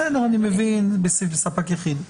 בסדר, אני מבין בספק יחיד.